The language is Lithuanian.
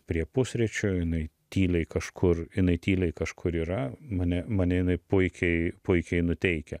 prie pusryčių jinai tyliai kažkur jinai tyliai kažkur yra mane mane jinai puikiai puikiai nuteikia